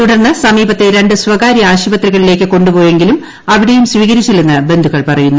തുടർന്ന് സമീപത്തെ രണ്ട് സ്വകാരൃ ആശുപത്രികളിലേക്ക് കൊണ്ടു പോയെങ്കിലും അവിടെയും സ്വീകരിച്ചില്ലെന്ന് ബന്ധുക്കൾ പറഞ്ഞു